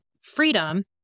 freedom